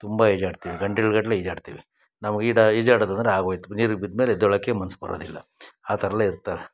ತುಂಬ ಈಜಾಡ್ತೀವಿ ಗಂಟೆಗ್ಳ ಗಟ್ಟಲೆ ಈಜಾಡ್ತೀವಿ ನಾವು ಈಡಾ ಈಜಾಡೋದು ಅಂದರೆ ಆಗೋಯಿತು ನೀರಿಗೆ ಬಿದ್ದ ಮೇಲೆ ಎದ್ದೇಳಕ್ಕೆ ಮನ್ಸು ಬರೋದಿಲ್ಲ ಆ ಥರ ಎಲ್ಲ ಇರ್ತವೆ